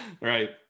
right